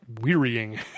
Wearying